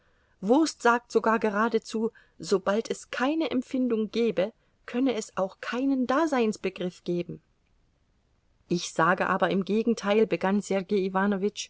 wurst sagt sogar geradezu sobald es keine empfindung gebe könne es auch keinen daseinsbegriff geben ich sage aber im gegenteil begann